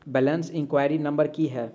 Balance inquiry number की है?